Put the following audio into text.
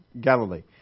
Galilee